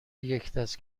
یکدست